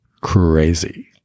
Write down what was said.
crazy